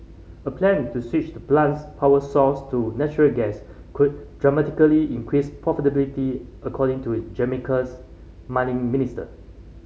a plan to switch the plant's power source to natural gas could dramatically increase profitability according to Jamaica's mining minister